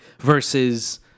versus